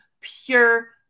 pure